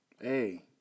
Hey